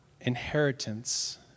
inheritance